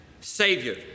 Savior